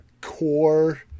Core